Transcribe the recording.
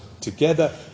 together